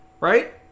right